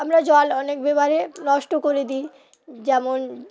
আমরা জল অনেক ব্যাপারে নষ্ট করে দিই যেমন